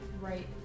right